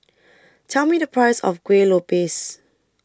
Tell Me The Price of Kuih Lopes